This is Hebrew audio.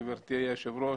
גברתי היושבת ראש,